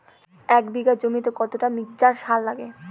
এক বিঘা জমিতে কতটা মিক্সচার সার লাগে?